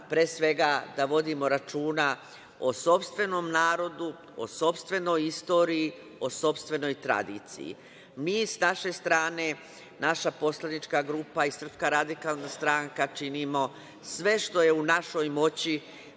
pre svega da vodimo računa o sopstvenom narodu, o sopstvenoj istoriji, o sopstvenoj tradiciji. Mi sa naše strane, naša poslanička grupa SRS, činimo sve što je u našoj moći